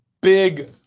big